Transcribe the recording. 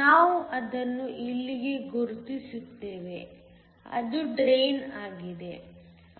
ನಾವು ಅದನ್ನು ಇಲ್ಲಿ ಗುರುತಿಸುತ್ತೇವೆ ಅದು ಡ್ರೈನ್ ಆಗಿದೆ